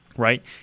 right